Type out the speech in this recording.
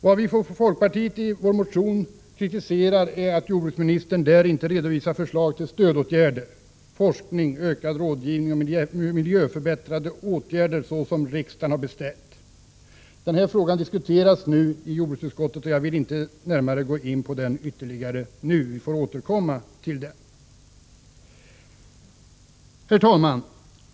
Vad vi från folkpartiet i vår motion kritiserar i detta sammanhang är att jordbruksministern inte, såsom beställts av riksdagen, redovisar förslag till stödåtgärder, forskning, ökad rådgivning och miljöförbättrande åtgärder. Denna fråga diskuteras f.n. i jordbruksutskottet, och jag vill därför nu inte ytterligare gå in på denna. Vi får återkomma till den. Herr talman!